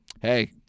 Hey